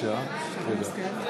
ביטול החוק),